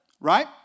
right